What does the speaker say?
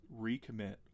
recommit